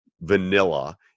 vanilla